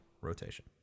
rotation